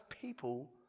people